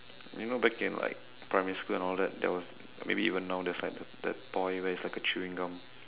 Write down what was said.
you know back in like primary school and all that there was maybe even now there's like that toy where it's like a chewing gum